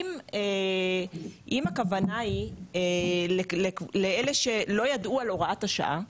אם הכוונה היא לאלה שלא ידעו על הוראת השעה,